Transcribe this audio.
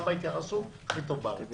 גם בהתייחסות הכי טוב בארץ.